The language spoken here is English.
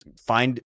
find